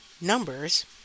numbers